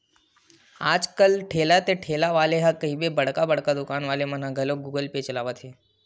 आज कल ठेला ते ठेला वाले ला कहिबे बड़का बड़का दुकान वाले मन ह घलोक गुगल पे चलावत हे